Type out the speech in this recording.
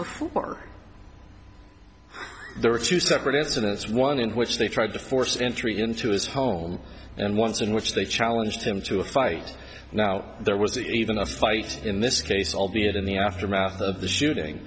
before there were two separate incidents one in which they tried to force entry into his home and once in which they challenged him to a fight now there was even a fight in this case albeit in the aftermath of the shooting